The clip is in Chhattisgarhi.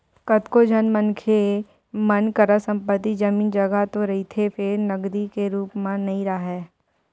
कतको झन मनखे मन करा संपत्ति, जमीन, जघा तो रहिथे फेर नगदी के रुप म नइ राहय